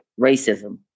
racism